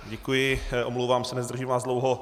Děkuji, omlouvám se, nezdržím vás dlouho.